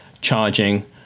charging